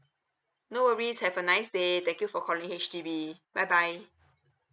no worries have a nice day thank you for calling H_D_B bye bye